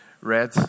read